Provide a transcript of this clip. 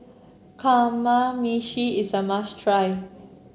Kamameshi is a must try